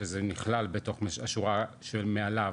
שזה נכלל בתוך השורה שמעליו,